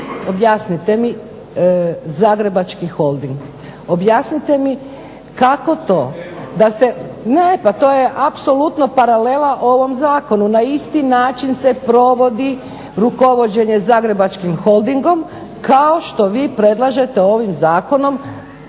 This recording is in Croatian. Objasnite mi Zagrebački holding? Objasnite mi kako to da ste, ne pa to je apsolutno paralela ovom zakonu, na isti način se provodi rukovođenje Zagrebačkim holdingom kao što vi predlaže ovim Zakonom,